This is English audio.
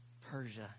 Persia